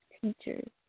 teachers